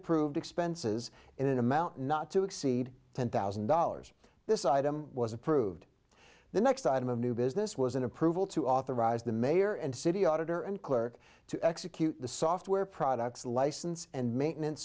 approved expenses in an amount not to exceed ten thousand dollars this item was approved the next item of new business was an approval to authorize the mayor and city auditor and clerk to execute the software products license and maintenance